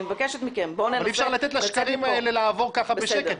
אי אפשר לתת לשקרים האלה לעבור ככה בשקט.